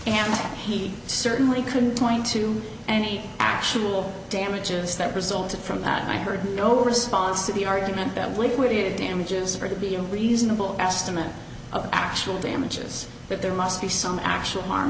and he certainly couldn't point to any actual damages that resulted from that i heard no response to the argument that liquidated damages for the be a reasonable estimate of actual damages but there must be some actual harm